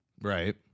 Right